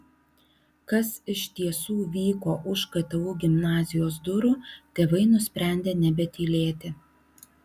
kas iš tiesų vyko už ktu gimnazijos durų tėvai nusprendė nebetylėti